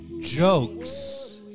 jokes